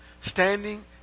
standing